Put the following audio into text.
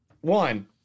one